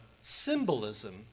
symbolism